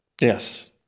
Yes